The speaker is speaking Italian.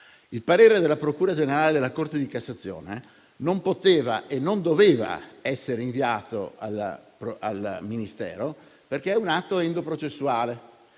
Il parere della procura generale della Corte di cassazione non poteva e non doveva essere inviato al Ministero, perché è un atto endoprocessuale.